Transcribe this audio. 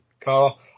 Carl